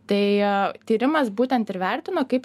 tai tyrimas būtent ir vertino kaip